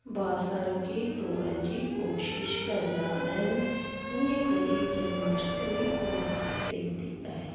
बासण खे टोरण जी कोशिश कंदा आहिनि ईअं करे जन्माष्टमी मनाई वेंदी आहे